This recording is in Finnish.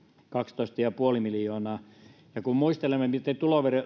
kaksitoista pilkku viisi miljoonaa ja kun muistelemme miten